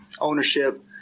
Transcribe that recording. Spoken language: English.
ownership